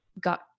got